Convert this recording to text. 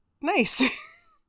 nice